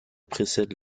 précède